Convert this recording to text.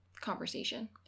conversation